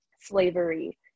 slavery